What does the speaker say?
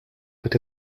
peut